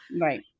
Right